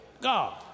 God